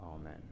Amen